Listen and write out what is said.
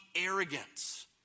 arrogance